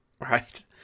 Right